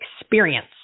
experience